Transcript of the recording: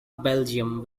belgium